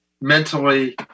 mentally